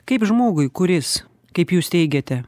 kaip žmogui kuris kaip jūs teigiate